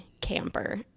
camper